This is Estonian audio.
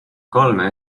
kolme